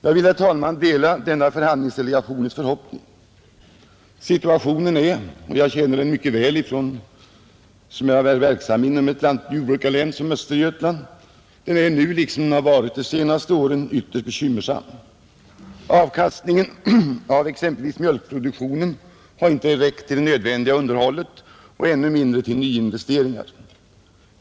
Jag vill, herr talman, dela denna förhandlingsdelegationens förhoppning. Situationen — jag känner den mycket väl eftersom jag är verksam inom ett jordbrukarlän som Östergötland — är för närvarande, liksom den varit under de senaste åren, ytterst bekymmersam. Avkastningen av exempelvis mjölkproduktionen har inte ens räckt till för det nödvändiga underhållet och än mindre till nyinvesteringar.